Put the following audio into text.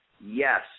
Yes